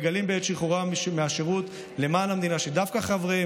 מגלים בעת שחרורם מהשירות למען המדינה שדווקא חבריהם